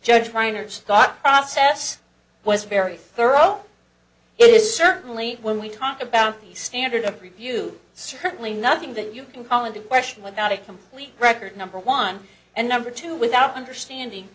judge trainer's thought process was very thorough it is certainly when we talk about the standard of review certainly nothing that you can call into question without a complete record number one and number two without understanding